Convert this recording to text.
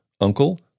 uncle